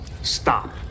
Stop